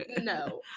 No